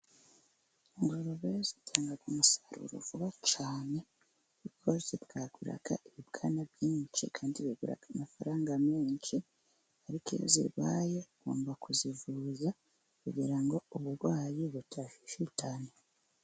Ingurube zitanga umusaruro vuba cyane, kuko zibwaguraga ibibwana byinshi, kandi bigira amafaranga menshi, ariko iyo zirwaye ugomba kuzivuza kugira ngo uburwayi butazihitana.